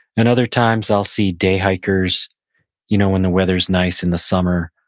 and other times i'll see day hikers you know when the weather's nice in the summer.